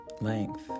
length